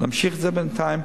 נמשיך את זה בינתיים,